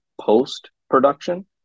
post-production